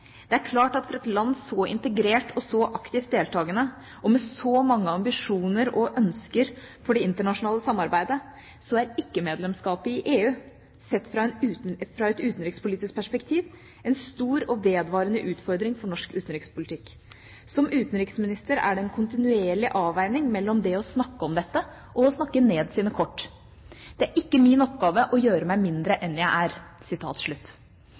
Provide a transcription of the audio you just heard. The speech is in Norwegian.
er klart at for et land, så integrert, så aktivt deltakende, og med så mange ambisjoner og ønsker for det internasjonale samarbeidet, så er et ikke-medlemskap i EU, sett fra et utenrikspolitisk perspektiv, en stor og vedvarende utfordring for norsk utenrikspolitikk». For en utenriksminister er det «en kontinuerlig avveiing mellom det å snakke om dette og det «å snakke ned» dine kort. Det er ikke min oppgave å gjøre meg «mindre» enn det jeg er».